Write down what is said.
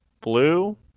Blue